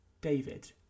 David